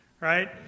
right